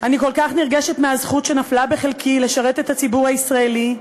אני כל כך נרגשת מהזכות שנפלה בחלקי לשרת את הציבור הישראלי,